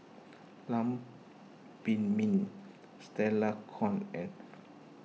Lam Pin Min Stella Kon and